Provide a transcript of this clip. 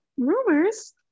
rumors